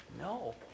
No